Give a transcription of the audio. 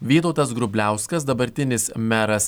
vytautas grubliauskas dabartinis meras